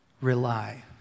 rely